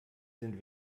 sind